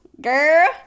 girl